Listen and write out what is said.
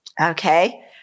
Okay